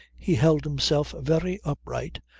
he held himself very upright,